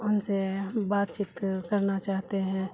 ان سے بات چیت کرنا چاہتے ہیں